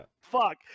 Fuck